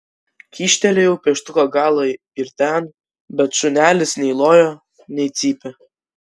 kyštelėjau pieštuko galą ir ten bet šunelis nei lojo nei cypė